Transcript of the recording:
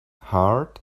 heart